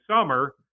summer